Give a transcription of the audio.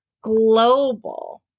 global